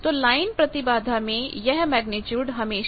तो लाइन प्रतिबाधा में यह मेग्नीट्यूड हमेशा